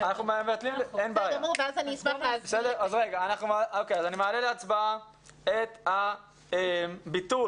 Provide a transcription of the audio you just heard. אני מעלה להצבעה את הביטול,